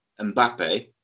Mbappe